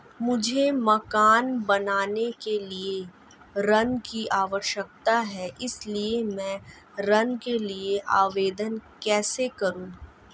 मुझे मकान बनाने के लिए ऋण की आवश्यकता है इसलिए मैं ऋण के लिए आवेदन कैसे करूं?